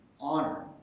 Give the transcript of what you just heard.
honor